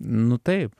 nu taip